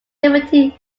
liberty